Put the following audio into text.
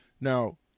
Now